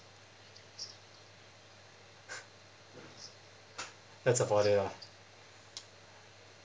that's about it lah